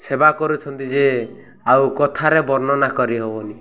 ସେବା କରୁଛନ୍ତି ଯେ ଆଉ କଥାରେ ବର୍ଣ୍ଣନା କରିହେବନି